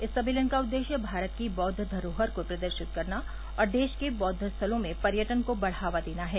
इस सम्मेलन का उद्देश्य भारत की बौद्ध धरोहर को प्रदर्शित करना और देश के बौद्ध स्थलों में पर्यटन को बढ़वा देना है